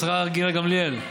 השרה גילה גמליאל,